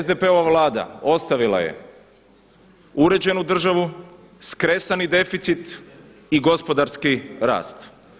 SDP-ova vlada ostavila je uređenu državu, skresani deficit i gospodarski rast.